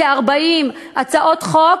כ-40 הצעות חוק,